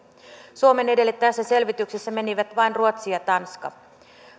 suomen edelle tässä selvityksessä menivät vain ruotsi ja tanska